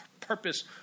purpose